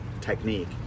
technique